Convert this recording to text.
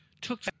took